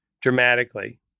dramatically